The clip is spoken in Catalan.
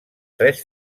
tres